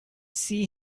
see